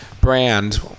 brand